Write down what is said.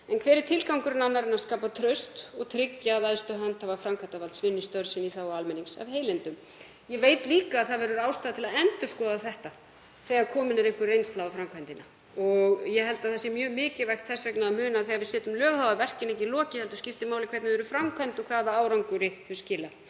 En hver er tilgangurinn annar en að skapa traust og tryggja að æðstu handhafar framkvæmdarvalds vinni störf sín í þágu almennings af heilindum? Ég veit líka að það verður ástæða til að endurskoða þetta þegar komin er einhver reynsla á framkvæmdina. Ég held að það sé þess vegna mjög mikilvægt að muna að þegar við setjum lög er verkinu ekki lokið heldur skiptir máli hvernig lögin eru framkvæmd og hvaða árangri þau skila.